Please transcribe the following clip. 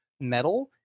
metal